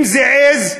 אם זה עז,